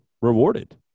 rewarded